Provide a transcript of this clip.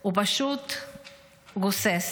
הוא פשוט גוסס.